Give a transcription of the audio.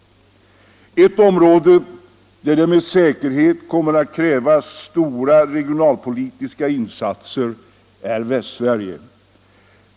Ett område där det med säkerhet krävs stora regionalpolitiska insatser är Västsverige.